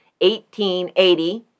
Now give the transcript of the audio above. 1880